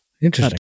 Interesting